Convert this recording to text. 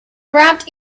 wrapped